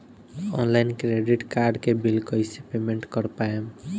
Online credit card के bill कइसे payment कर पाएम?